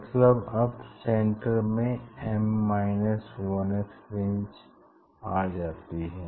मतलब अब सेन्टर में th फ्रिंज आ जाती है